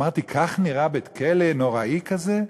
ואמרתי: כך נראה בית-כלא נוראי כזה?